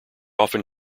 often